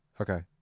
Okay